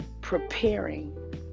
preparing